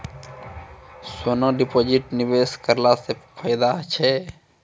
सोना deposit निवेश करला से फैदा छै?